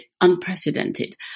unprecedented